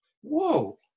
Whoa